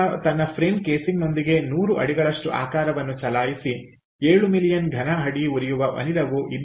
ತನ್ನ ಫ್ರೇಮ್ ಕೇಸಿಂಗ್ನೊಂದಿಗೆ 100 ಅಡಿಗಳಷ್ಟು ಆಕಾರವನ್ನು ಚಲಾಯಿಸಿಉಲ್ಲೇಖಿತ ಸಮಯ 1716 ಏಳು ಮಿಲಿಯನ್ ಘನ ಅಡಿ ಉರಿಯುವ ಅನಿಲವು ಉಲ್ಲೇಖಿತ ಸಮಯ 1720